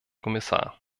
kommissar